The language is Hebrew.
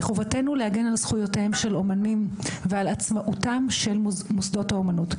מחובתנו להגן על זכויותיהם של אמנים ועל עצמאותם של מוסדות האומנות,